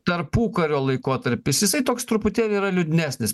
tarpukario laikotarpis jisai toks truputėlį yra liūdnesnis